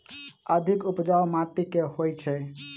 अधिक उपजाउ माटि केँ होइ छै?